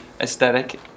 aesthetic